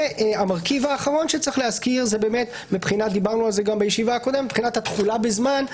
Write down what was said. המרכיב האחרון שצריך להזכיר מבחינת התחולה בזמן,